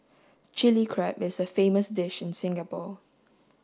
Chilli Crab is a famous dish in Singapore